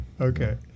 Okay